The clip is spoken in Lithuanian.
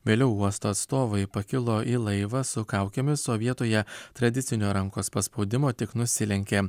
vėliau uosto atstovai pakilo į laivą su kaukėmis o vietoje tradicinio rankos paspaudimo tik nusilenkė